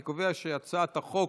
אני קובע שהצעת החוק,